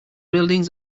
buildings